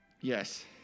Yes